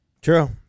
true